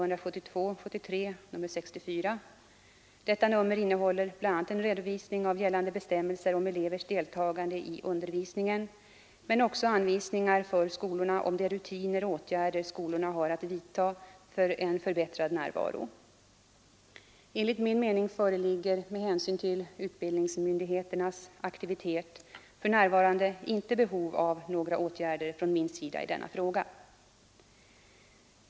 Detta nummer innehåller bl.a. en redovisning av gällande bestämmelser om elevers deltagande i undervisningen men också anvisningar för skolorna om de rutiner och åtgärder skolorna har att vidta för en förbättrad närvaro. Enligt min mening föreligger, med hänsyn till utbildningsmyndigheternas aktivitet, för närvarande inte behov av några åtgärder från min sida i denna fråga.